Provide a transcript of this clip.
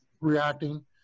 reacting